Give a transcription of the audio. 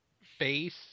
face